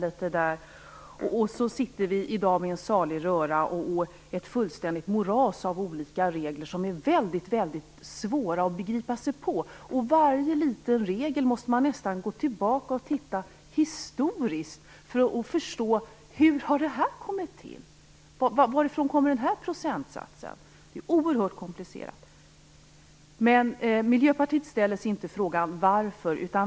I dag sitter vi med en salig röra och ett fullständigt moras av olika regler som är mycket svåra att begripa sig på. För varje liten regel måste man nästan gå tillbaka och titta historiskt för att förstå hur den har kommit till och varifrån olika procentsatser kommer. Det är oerhört komplicerat. Men Miljöpartiet ställer inte frågan varför.